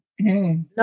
No